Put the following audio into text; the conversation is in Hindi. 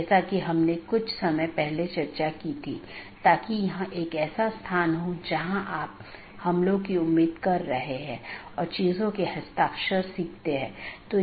यह फीचर BGP साथियों को एक ही विज्ञापन में कई सन्निहित रूटिंग प्रविष्टियों को समेकित करने की अनुमति देता है और यह BGP की स्केलेबिलिटी को बड़े नेटवर्क तक बढ़ाता है